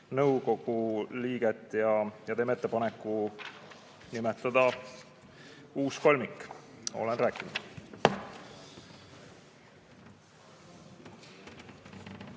nõukogu liiget ja teeme ettepaneku nimetada uus kolmik. Olen rääkinud.